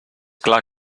clar